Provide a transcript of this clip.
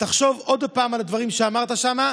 תחשוב עוד הפעם על הדברים שאמרת שם.